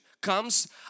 comes